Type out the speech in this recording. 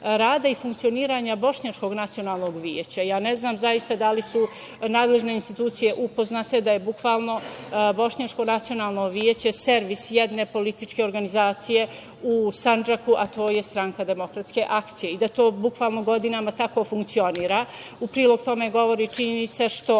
rada i funkcioniranja Bošnjačkog nacionalnog veća. Ja ne znam, zaista, da li su nadležne institucije upoznate da je bukvalno Bošnjačko nacionalno veće servis jedne političke organizacije u Sandžaku, a to je Stranka demokratske akcije, i da to bukvalno godinama tako funkcioniše. U prilog tome govori i činjenica što,